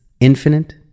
infinite